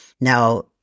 Now